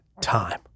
time